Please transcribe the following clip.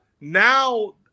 now